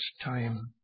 time